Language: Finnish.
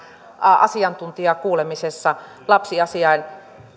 asiantuntijakuulemisessa